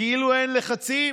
כאילו אין לחצים,